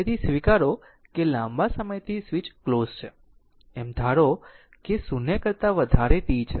તેથી સ્વીકારો કે લાંબા સમયથી સ્વીચ ક્લોઝ છે એમ ધારો કે 0 કરતા વધારે t છે